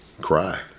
cry